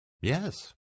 Yes